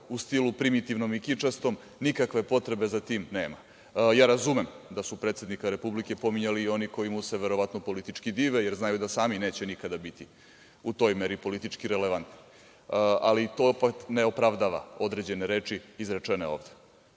u stilu primitivnom i kičastom, nikakve potrebe za tim nema. Razumem da su predsednika republike pominjali i oni koji mu se verovatno politički dive, jer znaju da sami neće nikada biti u toj meri politički relevantni. To opet ne opravdava određene reči izrečene ovde. Kao